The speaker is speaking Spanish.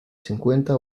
cincuenta